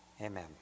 Amen